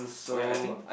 oh ya I think